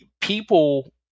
people